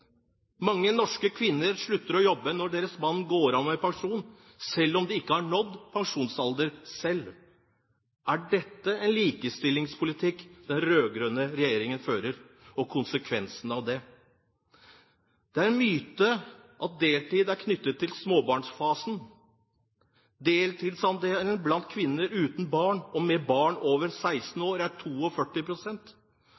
Mange norske kvinner slutter å jobbe når deres menn går av med pensjon, selv om de ikke har nådd pensjonsalder selv. Er den politikken den rød-grønne regjeringen fører, en likestillingspolitikk, og er dette en konsekvens av det? Det er en myte at deltid er knyttet til småbarnsfasen. Deltidsandelen blant kvinner uten barn og kvinner med barn over